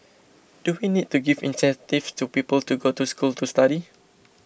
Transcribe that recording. do we need to give incentives to people to go to school to study